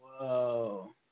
Whoa